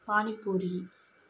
panipuri